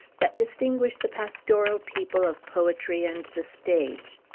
that distinguish the pastoral people of poetry and the stage.